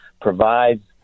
provides